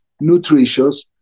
nutritious